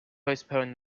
postpone